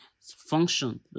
function